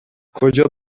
کجا